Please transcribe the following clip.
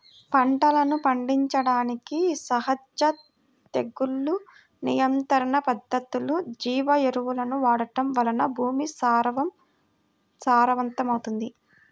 పంటలను పండించడానికి సహజ తెగులు నియంత్రణ పద్ధతులు, జీవ ఎరువులను వాడటం వలన భూమి సారవంతమవుతుంది